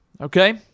Okay